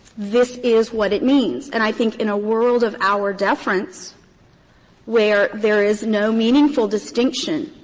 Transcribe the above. this is what it means. and i think in a world of auer deference where there is no meaningful distinction,